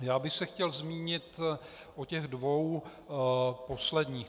Já bych se chtěl zmínit o těch dvou posledních.